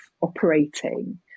operating